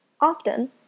Often